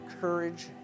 courage